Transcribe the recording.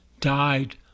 died